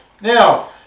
Now